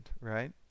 right